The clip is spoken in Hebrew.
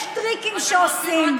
יש טריקים שעושים.